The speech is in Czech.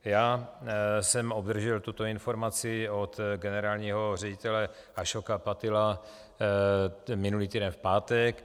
Já jsem obdržel tuto informaci od generálního ředitele Ašóka Patila minulý týden v pátek.